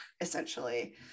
essentially